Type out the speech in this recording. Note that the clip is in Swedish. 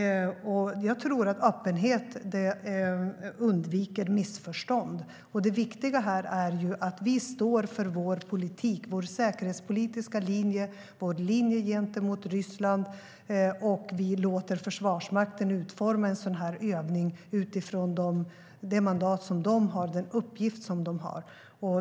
Jag tror att öppenhet undviker missförstånd. Det viktiga här är att vi står för vår politik, vår säkerhetspolitiska linje, vår linje gentemot Ryssland, och att vi låter Försvarsmakten utforma en sådan övning utifrån det mandat och den uppgift de har.